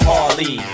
Harley